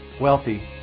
wealthy